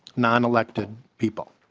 nonelected people